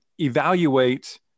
evaluate